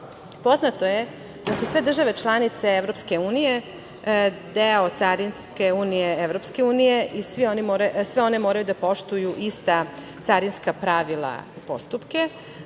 poznato je da su sve države članice EU deo carinske unije EU i sve one moraju da poštuju ista carinska pravila i postupke.